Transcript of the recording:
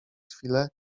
chwilę